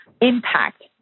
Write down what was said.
impact